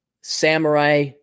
samurai